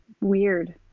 weird